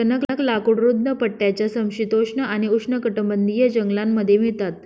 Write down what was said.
टणक लाकूड रुंद पट्ट्याच्या समशीतोष्ण आणि उष्णकटिबंधीय जंगलांमध्ये मिळतात